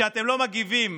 כשאתם לא מגיבים